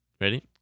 Ready